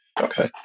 Okay